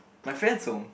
my friend's home